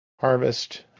harvest